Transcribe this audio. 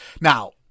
now